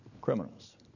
Criminals